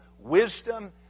wisdom